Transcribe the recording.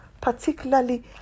particularly